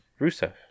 Rusev